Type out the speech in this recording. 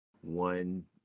one